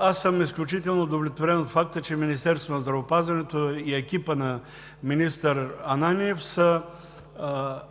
Аз съм изключително удовлетворен от факта, че Министерството на здравеопазването и екипът на министър Ананиев са